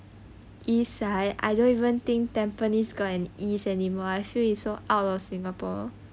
east side I don't even think tampines got an ease anymore I feel it's so out of singapore